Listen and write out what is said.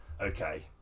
okay